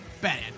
Bad